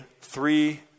three